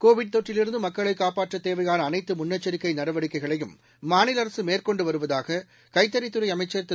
Covid தொற்றில் இருந்து மக்களை காப்பாற்ற தேவையான அனைத்து முன்னெச்சிக்கை நடவடிக்கைகளையும் மாநில அரசு மேற்கொண்டு வருவதாக கைத்தறித்துறை அமைச்சா் திரு